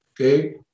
okay